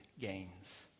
gains